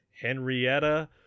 Henrietta